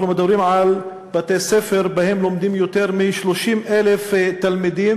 אנחנו מדברים על בתי-ספר שבהם לומדים יותר מ-30,000 תלמידים,